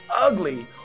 ugly